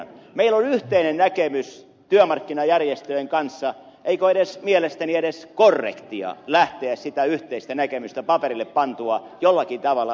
meillä on yhteinen näkemys työmarkkinajärjestöjen kanssa eikä ole mielestäni edes korrektia lähteä sitä yhteistä näkemystä paperille pantua jollakin tavalla tulkitsemaan